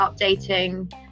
updating